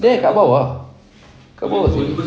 there kat bawah kat bawah sini